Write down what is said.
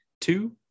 two